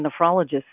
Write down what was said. nephrologist